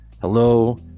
hello